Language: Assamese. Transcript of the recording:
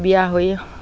বিয়া হৈ